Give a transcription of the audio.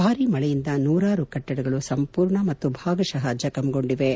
ಭಾರೀ ಮಳೆಯಿಂದ ನೂರಾರು ಕಟ್ಟಡಗಳು ಸಂಪೂರ್ಣ ಮತ್ತು ಭಾಗಶಃ ಜಖಂಗೊಂಡಿವೆ